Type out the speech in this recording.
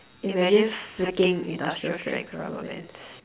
imagine flicking industrial strength rubber bands